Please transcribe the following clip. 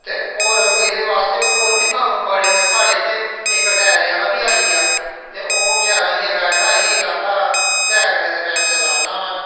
ते होर एहदे बास्ते होर बी कम्म बड़े न साढ़े इत्थै इक टैयरें आहला बी आई गेआ ते ओह् बचैरा इ'यां बैठा ही आखा दा साइकलें दे पैंचर लान्ना में